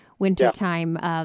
Wintertime